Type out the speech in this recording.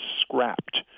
scrapped